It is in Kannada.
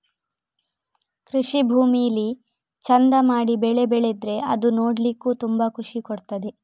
ಕೃಷಿ ಭೂಮಿಲಿ ಚಂದ ಮಾಡಿ ಬೆಳೆ ಬೆಳೆದ್ರೆ ಅದು ನೋಡ್ಲಿಕ್ಕೂ ತುಂಬಾ ಖುಷಿ ಕೊಡ್ತದೆ